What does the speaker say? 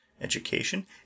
education